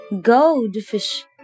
goldfish